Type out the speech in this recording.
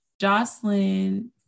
jocelyn